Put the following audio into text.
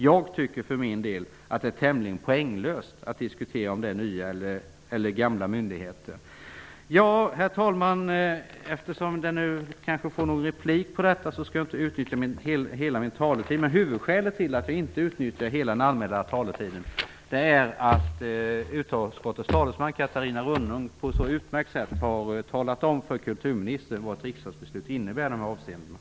Jag tycker för min del att det är tämligen poänglöst att diskutera om det är nya eller gamla myndigheter. Herr talman! Eftersom någon kanske kommer att begära replik skall jag inte utnyttja hela min taletid. Huvudskälet till att jag inte utnyttjar hela den anmälda taletiden är att utskottets talesman Catarina Rönnung på ett utmärkt sätt har talat om för kulturministern vad ett riksdagsbeslut innebär i dessa avseenden.